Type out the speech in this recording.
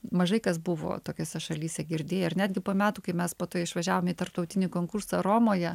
mažai kas buvo tokiose šalyse girdėję ir netgi po metų kai mes po to išvažiavom į tarptautinį konkursą romoje